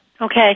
Okay